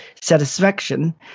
satisfaction